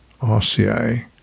RCA